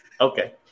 Okay